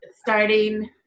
starting